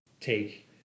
take